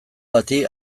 bati